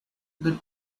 the